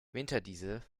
winterdiesel